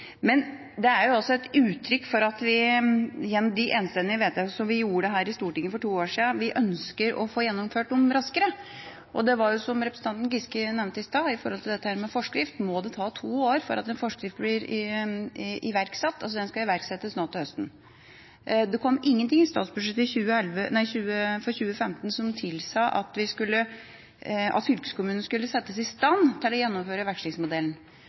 men det er også et uttrykk for at vi ønsker å få gjennomført de enstemmige vedtakene vi gjorde her i Stortinget for to år siden, raskere. Og, som representanten Giske nevnte i stad, når det gjelder dette med forskrift – må det ta to år før en forskrift blir iverksatt? Den skal iverksettes nå til høsten. Det kom ingenting i statsbudsjettet for 2015 som tilsa at fylkeskommunene skulle settes i stand til å gjennomføre